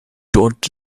dot